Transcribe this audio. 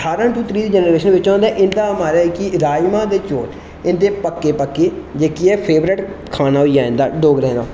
ठारां तू त्रीह् दी जनरेशन बिच्चो ते इंदा महाराज कि राजमां ते चौल इंदे पक्के पक्के ना जेह्की एह् फेबरट खाना होई गेआ इंदा डोगरें दा